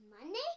Monday